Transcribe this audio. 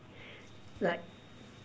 like